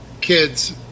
kids